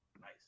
Nice